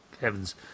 Heavens